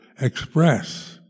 express